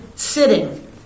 Sitting